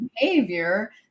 behavior